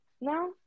No